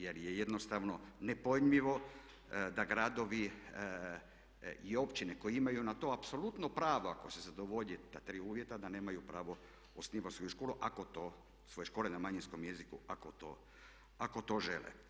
Jer je jednostavno nepojmljivo da gradovi i općine koji imaju na to apsolutno pravo ako se zadovolje ta tri uvjeta da nemaju pravo osnivati svoju školu na manjinskom jeziku ako to žele.